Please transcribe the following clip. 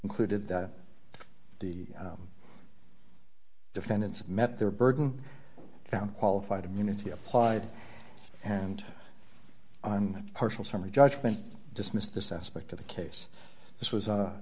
concluded that the defendants met their burden found qualified immunity applied and on partial summary judgment dismissed this aspect of the case this was